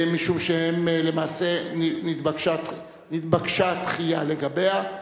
משום שלמעשה נתבקשה דחייה לגביהן,